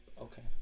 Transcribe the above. okay